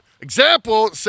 Example